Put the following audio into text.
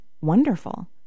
wonderful